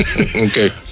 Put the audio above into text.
Okay